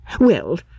Well